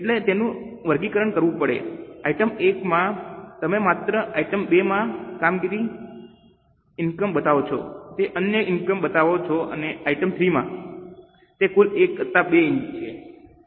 એટલે તેનું વર્ગીકરણ કરવું પડે આઇટમ I માં તમે માત્ર આઇટમ II માં કામગીરીમાંથી ઇનકમ બતાવો છો તમે અન્ય ઇનકમ બતાવો છો અને આઇટમ III માં તે કુલ I વત્તા II છે